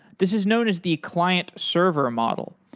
this is known as the client server model.